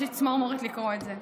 יש לי צמרמורת לקרוא את זה,